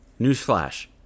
Newsflash